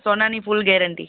સોનાની full guarantee